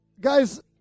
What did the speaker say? guys